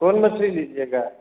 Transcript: कौन मछली लीजियेगा